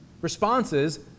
responses